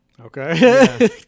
Okay